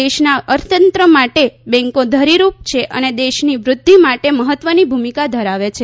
દેશના અર્થતંત્ર માટે બેન્કો ધરીરૂપ છે અને દેશની વૃદ્ધિ માટે મહત્વની ભૂમિકા ધરાવે છે